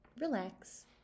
relax